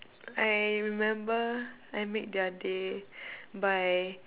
I remember I made their day by